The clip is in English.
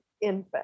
infant